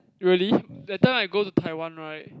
really that time I go to Taiwan right